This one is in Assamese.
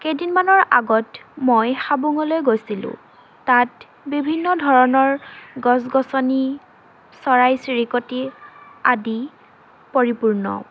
কেইদিনমানৰ আগত মই হাবুঙলৈ গৈছিলোঁ তাত বিভিন্ন ধৰণৰ গছ গছনি চৰাই চিৰিকটি আদি পৰিপূৰ্ণ